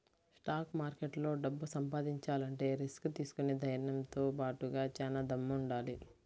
stock మార్కెట్లో డబ్బు సంపాదించాలంటే రిస్క్ తీసుకునే ధైర్నంతో బాటుగా చానా దమ్ముండాలి